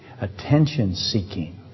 attention-seeking